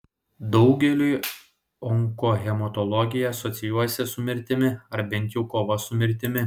daugeliui onkohematologija asocijuojasi su mirtimi ar bent jau kova su mirtimi